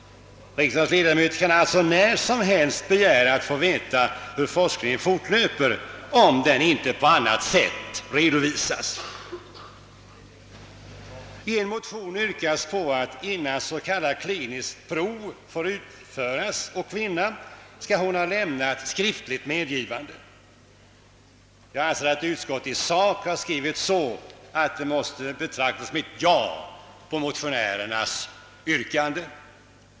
Riksdagens ledamöter kan alltså när som helst begära att få veta hur forskningen fortlöper, om detta inte på annat sätt redovisas. I en motion yrkas på att innan s.k. kliniskt prov får utföras å kvinna skall hon ha lämnat skriftligt medgivande. Jag anser att utskottet i sak har skrivit så att det måste betraktas som ett ja till motionärernas yrkande.